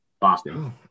Boston